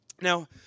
Now